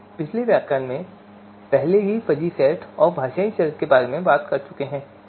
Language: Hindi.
हम पिछले व्याख्यानों में पहले ही फजी सेट और भाषाई चर के बारे में बात कर चुके हैं